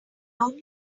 lonely